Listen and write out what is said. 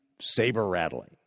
saber-rattling